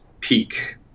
peak